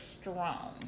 strong